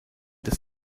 des